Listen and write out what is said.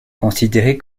considéré